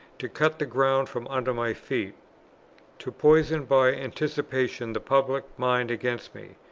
to cut the ground from under my feet to poison by anticipation the public mind against me,